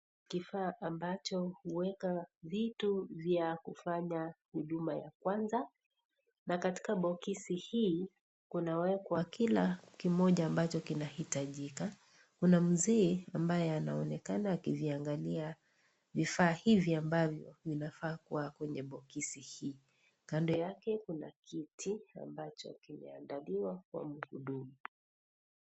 Kifaa ambacho huweka vitu vya kufanya huduma ya kwanza na katika boksi hii kunawekwa kila kimoja ambacho kinahitajika. Kuna mzee ambaye anaonekana akiviangalia vifaa hivi ambavyo vinafaa kuwa kwenye boksi hii. Kando yake kuna kiti ambacho kimeandaliwa kwa mhudumu.